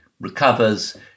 recovers